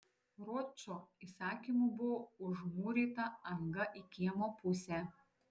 ročo įsakymu buvo užmūryta anga į kiemo pusę